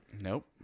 Nope